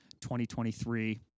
2023